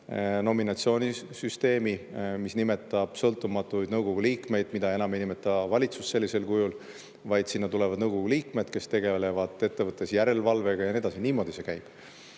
nominatsioonisüsteemi, mis nimetab sõltumatuid nõukogu liikmeid. Neid enam ei nimeta valitsus sellisel kujul, vaid sinna tulevad nõukogu liikmed, kes tegelevad ettevõttes järelevalvega, ja nii edasi. Niimoodi see käib.